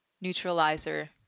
neutralizer